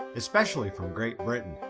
especially from great britain.